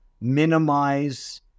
minimize